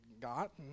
got